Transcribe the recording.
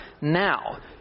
now